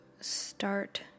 start